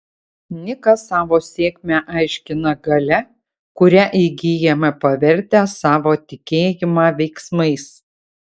nikas savo sėkmę aiškina galia kurią įgyjame pavertę savo tikėjimą veiksmais